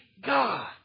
God